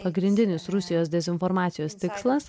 pagrindinis rusijos dezinformacijos tikslas